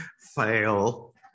fail